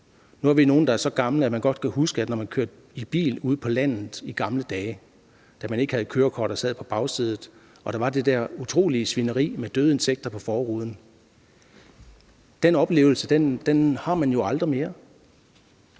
Nu er vi nogle, der er så gamle, at vi godt kan huske, at når vi kørte i bil ude på landet i gamle dage, vi havde endnu ikke kørekort og sad på bagsædet, oplevede vi det der utrolige svineri med døde insekter på forruden. Den oplevelse har man jo aldrig mere.